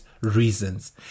reasons